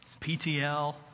PTL